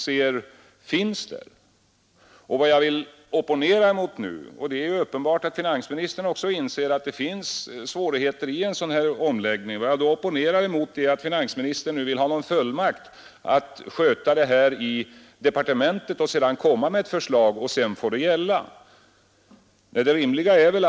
Det är ju uppenbart att finansministern också inser att det finns svårigheter i samband med en sådan här omläggning. Vad jag vill opponera mot är att finansministern nu vill ha fullmakt att sköta det här i departementet och komma med ett äl att utredningen, där alla förslag, som sedan får gälla.